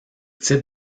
type